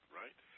right